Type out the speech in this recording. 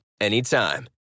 anytime